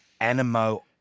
Animo